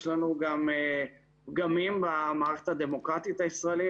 לנו גם פגמים במערכת הדמוקרטית הישראלית,